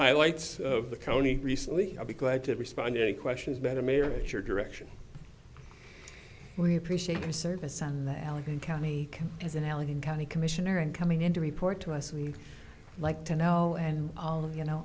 highlights of the county recently i'll be glad to respond to questions better mayor as your direction we appreciate your service on the allegheny county is in allegheny county commissioner and coming in to report to us we'd like to know and all of you know